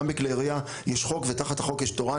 גם בכלי ירייה יש חוק ותחת החוק יש תורה,